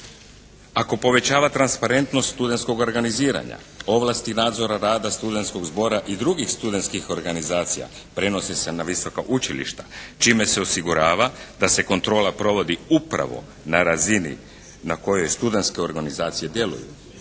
Ako povećava transparentnost studenskog organiziranja, ovlasti i nadzor rada studentskog zbora i drugih studentskih organizacija prenosi se na visoka učilišta čime se osigurava da se kontrola provodi upravo na razini na kojoj studentske organizacije djeluju.